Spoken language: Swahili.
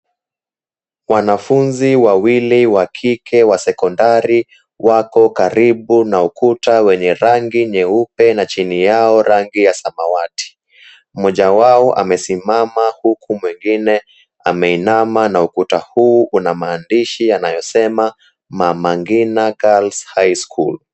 Wanafunzi wawili wa kike wa sekondari wako karibu na ukuta wenye rangi nyeupe na chini yao rangi ya samawati mmoja wao amesimama huku mwingine ameinama na ukuta huu una maandishi yanayosema Mama Ngina Girls High School.